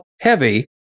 heavy